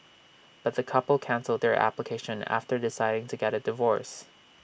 but the couple cancelled their application after deciding to get A divorce